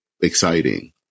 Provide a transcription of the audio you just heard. exciting